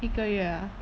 一个月啊